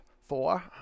four